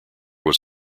was